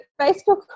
Facebook